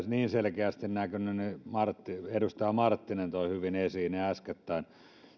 niin selkeästi näkyneet edustaja marttinen toi hyvin esiin äskettäin